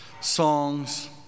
songs